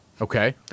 Okay